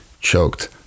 choked